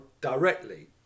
directly